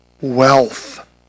wealth